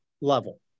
level